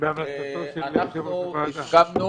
אנחנו הסכמנו